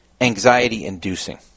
anxiety-inducing